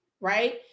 right